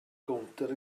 gownter